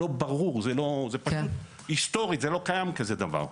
לא ברור והיסטורית זה לא קיים כזה דבר.